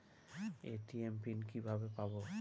ATM PIN কিভাবে পাবো?